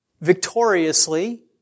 victoriously